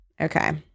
Okay